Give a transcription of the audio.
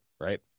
Right